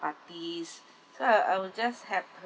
parties so I I will just help her